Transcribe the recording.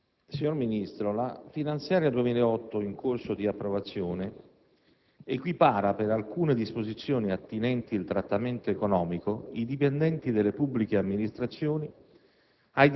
signor Ministro, la finanziaria 2008, in corso di approvazione, equipara, per alcune disposizioni attinenti il trattamento economico, i dipendenti delle pubbliche amministrazioni